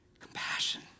Compassion